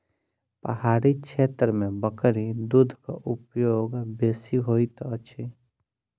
पहाड़ी क्षेत्र में बकरी दूधक उपयोग बेसी होइत अछि